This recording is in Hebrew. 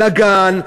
לגן,